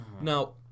now